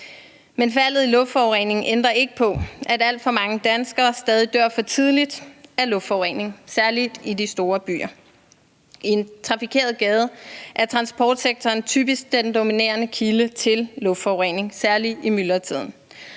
Men faldet i luftforureningen ændrer ikke på, at alt for mange danskere stadig dør for tidligt af luftforurening, særlig i de store byer. I en trafikeret gade er transportsektoren typisk den dominerende kilde til luftforurening, særlig i myldretiden.